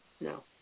No